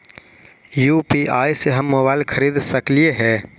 UPI से हम mobile खरिद सकलिऐ है